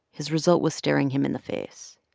his result was staring him in the face.